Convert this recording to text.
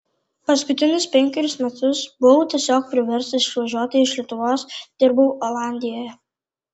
paskutinius penkerius metus buvau tiesiog priverstas išvažiuoti iš lietuvos dirbau olandijoje